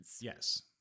Yes